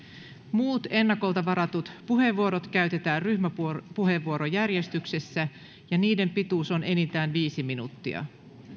muut ennakolta varatut puheenvuorot käytetään ryhmäpuheenvuorojärjestyksessä ja niiden pituus on enintään viisi minuuttia